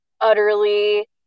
utterly